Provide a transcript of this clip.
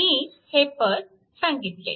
मी हे पद सांगितले